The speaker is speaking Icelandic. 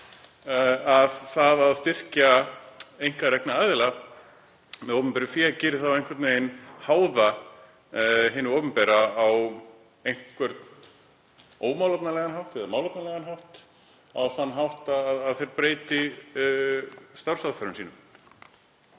að það að styrkja einkarekna aðila með opinberu fé geri þá einhvern veginn háða hinu opinbera á einhvern ómálefnalegan hátt eða málefnalegan hátt, á þann hátt að þeir breyti starfsaðferðum sínum.